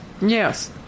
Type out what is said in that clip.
Yes